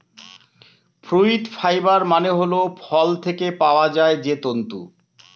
fruit fibre মানে হল ফল থেকে পাওয়া যায় যে তন্তু